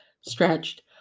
stretched